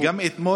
כי גם אתמול,